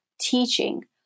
teaching